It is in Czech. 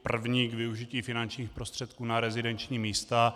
První je k využití finančních prostředků na rezidenční místa.